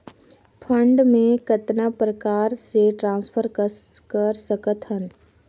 Fund मे कतना प्रकार से ट्रांसफर कर सकत हन?